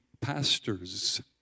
pastors